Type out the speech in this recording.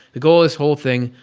the goal of this whole thing,